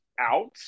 Out